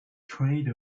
trade